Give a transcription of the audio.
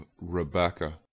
REBECCA